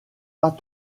pas